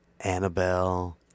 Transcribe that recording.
Annabelle